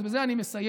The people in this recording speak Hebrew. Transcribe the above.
בזה אני מסיים.